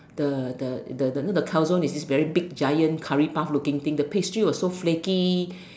the the the you know the calzone is this very big giant curry puff looking thing the pasty was so flaky